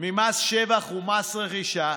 ממס שבח ומס רכישה,